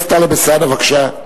חבר הכנסת טלב אלסאנע, בבקשה.